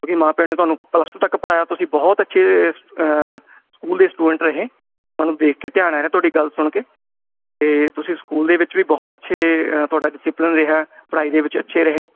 ਕਿਉਂਕਿ ਮਾਂ ਪਿਓ ਨੇ ਤੁਹਾਨੂੰ ਪਲੱਸ ਟੂ ਤੱਕ ਪੜ੍ਹਾਇਆ ਤੁਸੀਂ ਬਹੁਤ ਅੱਛੇ ਇਸ ਸਕੂਲ ਦੇ ਸਟੂਡੈਂਟ ਰਹੇ ਤੁਹਾਨੂੰ ਦੇਖ ਕੇ ਧਿਆਨ ਆ ਰਿਹਾ ਤੁਹਾਡੀ ਗੱਲ ਸੁਣ ਕੇ ਅਤੇ ਤੁਸੀਂ ਸਕੂਲ ਦੇ ਵਿੱਚ ਵੀ ਬਹੁਤ ਅੱਛੇ ਅ ਤੁਹਾਡਾ ਡਸਿਪਲਨ ਰਿਹਾ ਪੜ੍ਹਾਈ ਦੇ ਵਿੱਚ ਅੱਛੇ ਰਹੇ